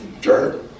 Sure